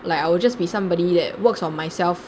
like I will just be somebody that works on myself